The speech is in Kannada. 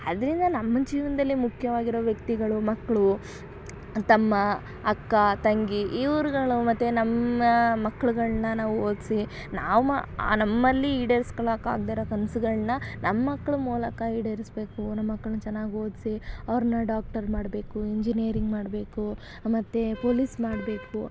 ಅದರಿಂದ ನಮ್ಮ ಜೀವನದಲ್ಲಿ ಮುಖ್ಯವಾಗಿರೊ ವ್ಯಕ್ತಿಗಳು ಮಕ್ಕಳು ತಮ್ಮ ಅಕ್ಕ ತಂಗಿ ಇವ್ರುಗಳು ಮತ್ತೆ ನಮ್ಮ ಮಕ್ಳುಗಳನ್ನ ನಾವು ಓದಿಸಿ ನಾವು ಮ ನಮ್ಮಲ್ಲಿ ಈಡೇರ್ಸ್ಕೊಳ್ಳೋಕೆ ಆಗದೇ ಇರೊ ಕನಸುಗಳ್ನ ನಮ್ಮ ಮಕ್ಳ ಮೂಲಕ ಈಡೇರಿಸಬೇಕು ನಮ್ಮ ಮಕ್ಕಳನ್ನ ಚೆನ್ನಾಗಿ ಓದಿಸಿ ಅವ್ರನ್ನ ಡಾಕ್ಟರ್ ಮಾಡಬೇಕು ಇಂಜಿನಿಯರಿಂಗ್ ಮಾಡಬೇಕು ಮತ್ತು ಪೊಲೀಸ್ ಮಾಡಬೇಕು